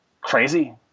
crazy